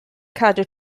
cadw